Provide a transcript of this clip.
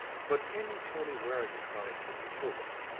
but can you tell me where i can find mr. tobin?